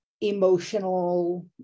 emotional